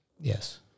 Yes